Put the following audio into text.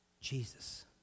Jesus